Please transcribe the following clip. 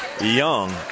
Young